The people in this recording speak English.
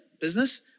Business